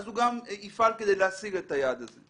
אז הוא גם יפעל כדי להשיג את היעד הזה.